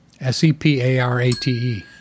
S-E-P-A-R-A-T-E